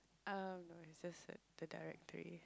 uh no it's just the the directory